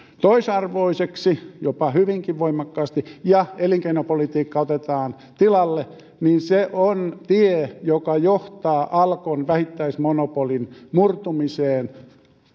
toisarvoisiksi jopa hyvinkin voimakkaasti ja elinkeinopolitiikka otetaan tilalle niin se on tie joka johtaa alkon vähittäismonopolin murtumiseen